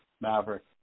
Maverick